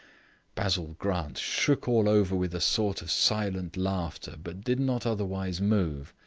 basil grant shook all over with a sort of silent laughter, but did not otherwise move.